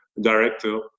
director